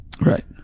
Right